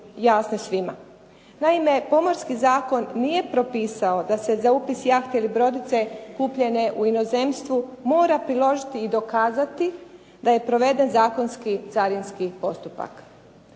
Naime, Pomorski zakon nije propisao da se za upis jahte ili brodice kupljene u inozemstvu mora priložiti i dokazati da je proveden zakonski carinski postupak.